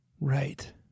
Right